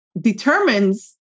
determines